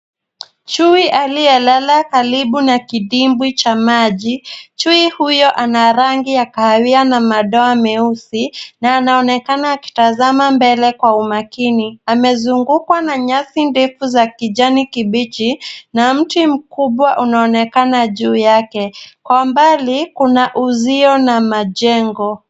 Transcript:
Chui aliyelala karibu na kidimbwi cha maji. Chui huyo ana rangi ya kaawia na madoa meusi na anaonekana akitazama mbele kwa umakini. Amezungukwa na nyasi ndefu za kijani kibichi na mti mkubwa unaonekana juu yake. Kwa mbali, kuna uzio na majengo.